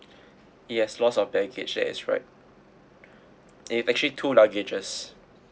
yes loss of baggage that is right it's actually two luggages